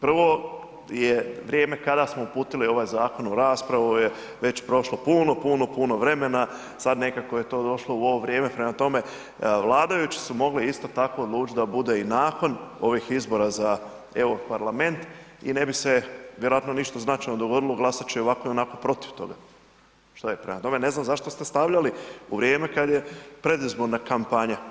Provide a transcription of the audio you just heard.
Prvo je vrijeme kada smo uputili ovaj zakon u raspravu je već prošlo puno, puno, puno vremena, sad nekako je to došlo u ovo vrijeme, prema tome, vladajući su mogli isto tako odlučit da bude i nakon ovih izbora za EU parlament i ne bi se vjerojatno ništa značajno dogodilo, glasat će i ovako i onako protiv toga, šta je, prema tome, ne znam zašto ste stavljali u vrijeme kad je predizborna kampanja.